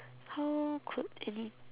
how could any